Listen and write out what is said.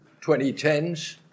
2010s